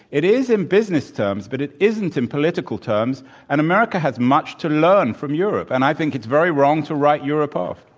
it is in business terms, but it isn't in political terms. and america has much to learn from europe. and i think it's very wrong to write europe off.